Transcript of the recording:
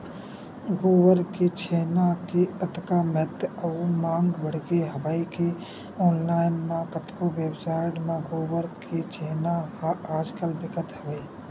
गोबर के छेना के अतका महत्ता अउ मांग बड़गे हवय के ऑनलाइन म कतको वेबसाइड म गोबर के छेना ह आज कल बिकत हवय